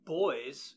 boys